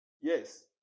Yes